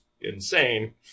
insane